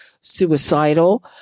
suicidal